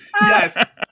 Yes